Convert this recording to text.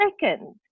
second